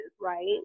right